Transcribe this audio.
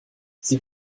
sie